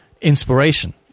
inspiration